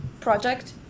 project